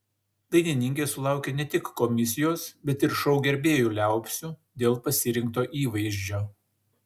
dainininkė sulaukė ne tik komisijos bet ir šou gerbėjų liaupsių dėl pasirinkto įvaizdžio